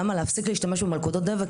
למה להפסיק להשתמש במלכודות דבק,